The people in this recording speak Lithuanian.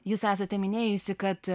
jūs esate minėjusi kad